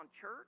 church